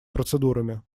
процедурами